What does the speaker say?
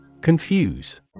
Confuse